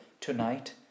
Tonight